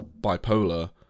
bipolar